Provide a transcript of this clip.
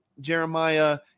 Jeremiah